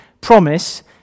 promise